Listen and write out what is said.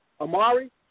Amari